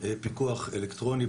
פיקוח אלקטרוני,